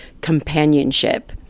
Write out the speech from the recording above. companionship